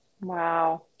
Wow